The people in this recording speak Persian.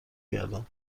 کردم